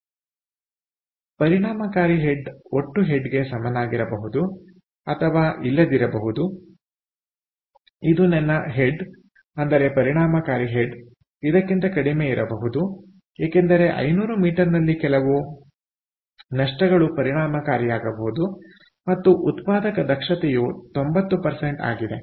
ಆದ್ದರಿಂದ ಪರಿಣಾಮಕಾರಿ ಹೆಡ್ ಒಟ್ಟು ಹೆಡ್ಗೆ ಸಮನಾಗಿರಬಹುದು ಅಥವಾ ಇಲ್ಲದಿರಬಹುದು ಇದು ನನ್ನ ಹೆಡ್ ಅಂದರೆ ಪರಿಣಾಮಕಾರಿ ಹೆಡ್ ಇದಕ್ಕಿಂತ ಕಡಿಮೆಯಿರಬಹುದು ಏಕೆಂದರೆ 500 ಮೀಟರ್ನಲ್ಲಿ ಕೆಲವು ನಷ್ಟಗಳು ಪರಿಣಾಮಕಾರಿಯಾಗಬಹುದು ಮತ್ತು ಉತ್ಪಾದಕ ದಕ್ಷತೆಯು 90ಆಗಿದೆ